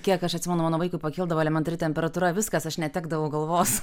kiek aš atsimenu mano vaikui pakildavo elementari temperatūra viskas aš netekdavau galvos